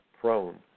prone